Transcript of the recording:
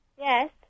Yes